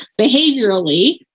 behaviorally